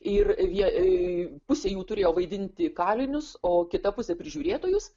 ir vie pusė jų turėjo vaidinti kalinius o kita pusė prižiūrėtojus